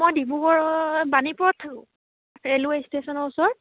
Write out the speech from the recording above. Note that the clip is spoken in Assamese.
মই ডিব্ৰুগড়ৰ বাণিপুৰত থাকোঁ ৰেলৱে ষ্টেচনৰ ওচৰত